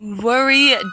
Worry